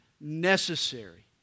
necessary